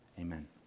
amen